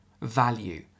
value